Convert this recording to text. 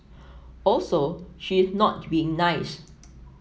also she is not being nice